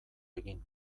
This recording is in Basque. egin